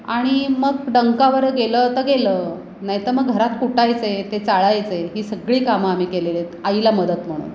आणि मग डंकावर गेलं तर गेलं नाही तर मग घरात कुटायचे ते चाळायचे ही सगळी कामं आम्ही केलेली आहेत आईला मदत म्हणून